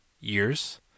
years